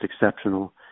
exceptional